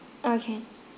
okay